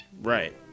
Right